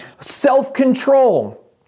Self-control